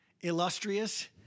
illustrious